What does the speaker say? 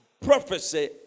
prophecy